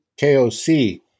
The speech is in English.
KOC